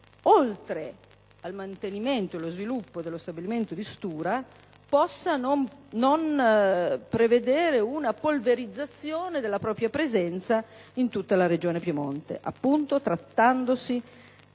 oltre al mantenimento e allo sviluppo dello stabilimento di Stura, possa non vedere una polverizzazione della propria presenza in tutta la Regione Piemonte, trattandosi